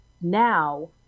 now